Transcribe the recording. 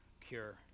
cure